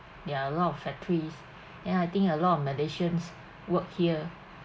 there are a lot of factories then I think a lot of malaysians work here